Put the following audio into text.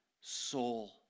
soul